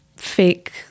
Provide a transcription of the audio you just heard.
fake